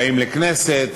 באים לכנסת,